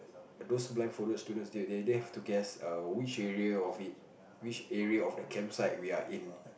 those blind folded students they they they have to guess err which area of it which area of the campsite we are in